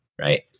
right